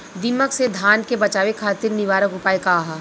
दिमक से धान के बचावे खातिर निवारक उपाय का ह?